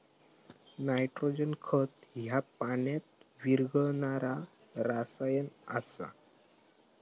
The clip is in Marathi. नायट्रोजन खत ह्या पाण्यात विरघळणारा रसायन आसा